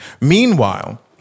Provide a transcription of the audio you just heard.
Meanwhile